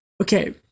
Okay